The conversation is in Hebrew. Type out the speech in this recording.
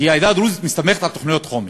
כי העדה הדרוזית מסתמכת על תוכניות חומש.